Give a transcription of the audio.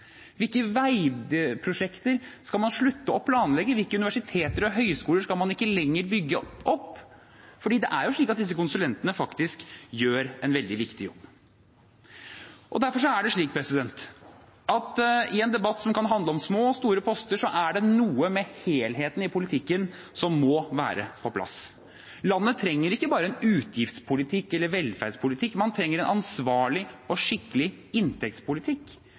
hvilke veiprosjekter man skal slutte å planlegge, og hvilke universiteter og høyskoler man ikke lenger skal bygge opp. Det er jo slik at disse konsulentene faktisk gjør en veldig viktig jobb. Derfor: I en debatt som kan handle om små og store poster, er det noe med at helheten i politikken må være på plass. Landet trenger ikke bare en utgiftspolitikk eller en velferdspolitikk, det trenger en ansvarlig og skikkelig inntektspolitikk.